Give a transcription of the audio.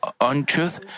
untruth